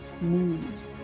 move